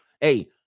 Hey